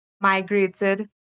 migrated